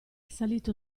salito